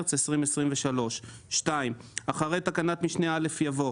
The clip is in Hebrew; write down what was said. במרס 2023". אחרי תקנת משנה (א) יבוא: